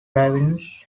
ravines